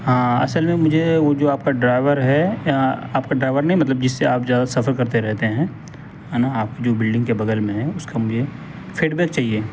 ہاں اصل میں مجھے وہ جو آپ کا ڈرائور ہے آپ کا ڈرائور نہیں مطلب جس سے آپ سفر کرتے رہتے ہیں ہیں نا آپ کی جو بلڈنگ کے بغل میں ہے اس کا مجھے فیڈبیک چاہیے